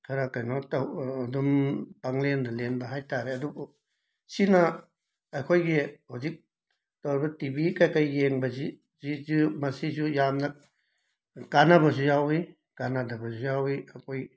ꯈꯔ ꯀꯩꯅꯣ ꯇꯧ ꯑꯗꯨꯝ ꯄꯪꯂꯦꯟꯗ ꯂꯦꯟꯕ ꯍꯥꯏꯇꯥꯔꯦ ꯑꯗꯨꯕꯨ ꯁꯤꯅ ꯑꯩꯈꯣꯏꯒꯤ ꯍꯧꯖꯤꯛ ꯇꯧꯔꯤꯕ ꯇꯤꯕꯤ ꯀꯩ ꯀꯩ ꯌꯦꯡꯕꯁꯤ ꯁꯤꯁꯨ ꯃꯁꯤꯁꯨ ꯌꯥꯝꯅ ꯀꯥꯟꯅꯕꯁꯨ ꯌꯥꯎꯏ ꯀꯥꯟꯅꯗꯕꯁꯨ ꯌꯥꯎꯏ ꯑꯩꯈꯣꯏ